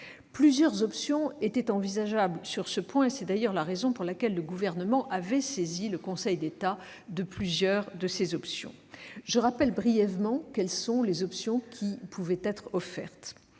Plusieurs options étaient envisageables sur ce point. C'est d'ailleurs la raison pour laquelle le Gouvernement avait saisi le Conseil d'État. Je rappelle brièvement quelles sont les options qui pouvaient être offertes